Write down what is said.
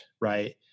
right